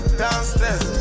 downstairs